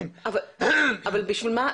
אני לא מבינה,